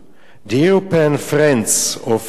The European Friends of Israel.